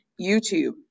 youtube